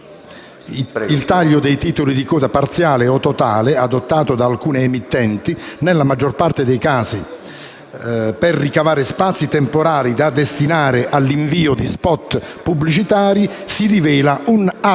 Il taglio dei titoli di coda parziale o totale, adottato da alcune emittenti, nella maggior parte dei casi per ricavare spazi temporali da destinare all’invio di spot pubblicitari, si rivela un atto